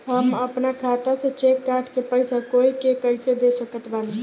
हम अपना खाता से चेक काट के पैसा कोई के कैसे दे सकत बानी?